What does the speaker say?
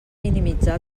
minimitzar